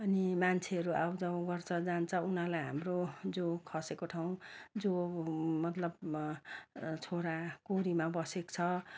अनि मान्छेहरू आउजाउ गर्छ जान्छ उनीहरूलाई हाम्रो जो खसेको ठाउँ जो मतलब छोरा कोरामा बसेको छ